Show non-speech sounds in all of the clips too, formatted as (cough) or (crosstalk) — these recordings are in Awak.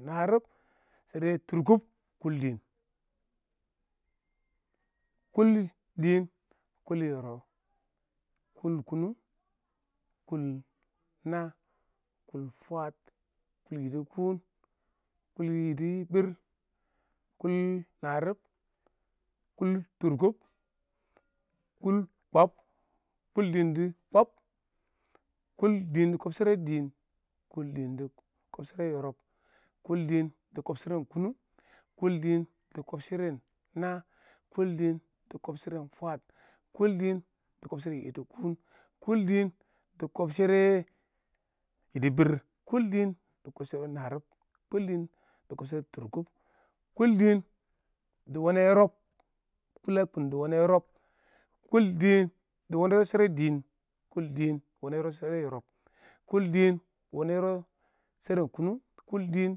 shɪdo narɪb shera tʊrkʊb kʊl dɪɪn kʊl dɪɪn kri yɪrɪb kʊl kununs kʊl naa kʊl fwaad kʊl yidi kuun kʊl yidi biir, kʊl narɪb kʊl tʊrkʊb kʊl kib kʊl dɪɪn dɪ kibi kʊl dɪɪn dɪ kib dɪɪn dɪ ksb kʊl ddin dɪ kib shɪdo dɪɪn kʊl dɪɪn dɪ kib shɛrɛ yɪrɪb kʊl dɪɪn dɪ kib shɛrɛ ɪn kʊnʊng kʊl dɪɪn dɪ kib sharan naa, kʊl dɪɪn dɪ ksb sheran yidi kʊn kʊl dɪɪn dɪ kib shɛrɛ yidi biir kʊl dɪɪn dɪ kib shara harin, kʊl dɪɪn dɪ ksb shara tʊrkʊb kʊl dɪɪn dɪ wena yɪrɪb kʊl dɪɪn dɪ wana yɪrɪb shɪdo dɪɪn, kʊl dɪɪn dɪ wene yɪrɪb shɪdo yɪrɪb kʊl dɪɪn dɪ wanɛ yɪrɪb sheran kʊnʊng kʊl dɪɪn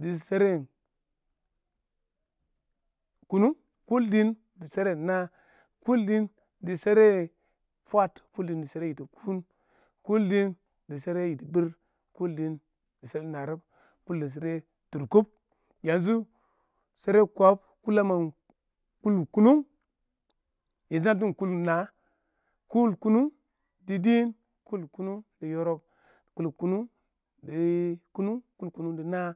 dɪ sheran kʊnʊng kʊl dɪɪn dɪ sheran haa, kʊl dɪɪn dɪ sheren fwaad, kʊl dɪɪn dɪ sheran fwaəd, kʊl dɪɪn dɪ shara yidi kuun kʊl dɪɪn dɪ shera yidi biir kʊl dɪɪn dɪ shara narɪb, kʊl dɪɪn dɪ shɪdo tʊrkʊb (unintelligible) kʊl kib a mangim kʊl kʊnʊng na dub a mangim kʊl kunang dɪ dɪɪn kʊl kʊnʊng dɪ yɪrɪb kʊl kʊnʊng dɪ kʊnʊng, kʊl kʊnʊng dɪ haa.